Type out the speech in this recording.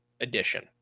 Edition